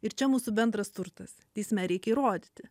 ir čia mūsų bendras turtas teisme reikia įrodyti